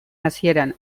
hasieran